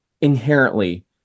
inherently